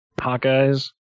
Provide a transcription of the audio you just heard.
Hawkeyes